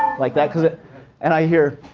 like that, and i hear